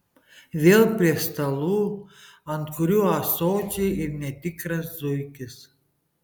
vėl prie stalų ant kurių ąsočiai ir netikras zuikis